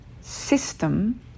system